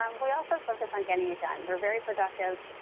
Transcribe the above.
um we also focus on getting it done. we're very productive,